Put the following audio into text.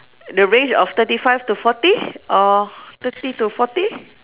the range of thirty five to forty or thirty to forty